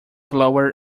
blower